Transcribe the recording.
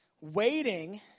Waiting